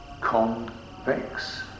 convex